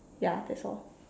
ya that's all